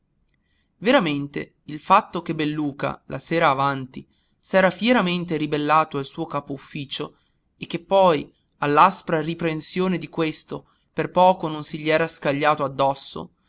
veramente il fatto che belluca la sera avanti s'era fieramente ribellato al suo capo-ufficio e che poi all'aspra riprensione di questo per poco non gli s'era scagliato addosso